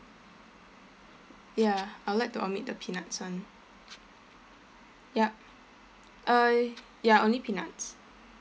ya I'll like to omit the peanuts [one] yup uh ya only peanuts